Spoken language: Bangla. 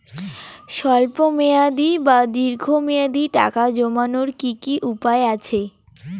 স্বল্প মেয়াদি বা দীর্ঘ মেয়াদি টাকা জমানোর কি কি উপায় আছে?